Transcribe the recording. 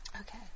Okay